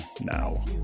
now